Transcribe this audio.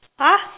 !huh!